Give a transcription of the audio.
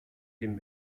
dem